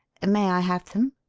may i have them?